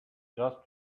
just